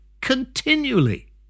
continually